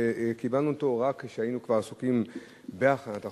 וקיבלנו אותו רק כשהיינו עסוקים בהכנת החוק,